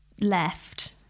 left